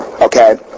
Okay